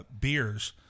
beers